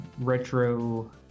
retro